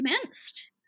commenced